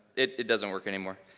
it doesn't work anymore.